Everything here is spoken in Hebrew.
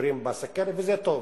שקשורים בסוכרת וזה טוב,